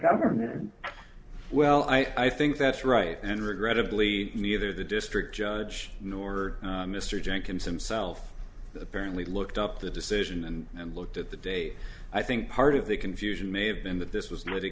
government well i think that's right and regrettably neither the district judge nor mr jenkins himself apparently looked up the decision and looked at the day i think part of the confusion may have been that this was